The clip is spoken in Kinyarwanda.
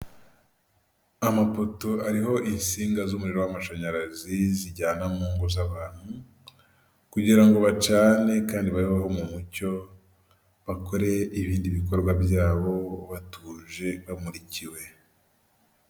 Amapoto ariho insinga z'umuriro w'amashanyarazi zijyana mungu z’ abantu, kugira bacane kandi babeho mu mucyo bakoreye ibindi bikorwa byabo batuje bamurikiwe.